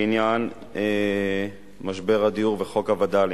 בעניין משבר הדיור וחוק הווד"לים.